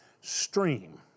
Stream